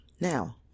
Now